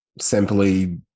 simply